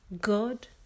God